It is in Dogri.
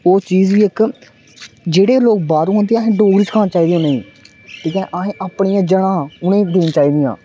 ओह् चीज एक्क जेह्ड़े लोग बाहरूं आंदे अहें डोगरी सखानी चाइदी उनेंगी ठीक ऐ अहें अपनियां जड़ां उनेंगी देनी चाहिदियां